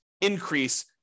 increase